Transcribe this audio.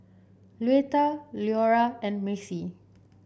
Luetta Leora and Macie